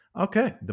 Okay